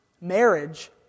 marriage